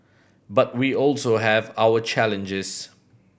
but we also have our challenges